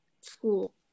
school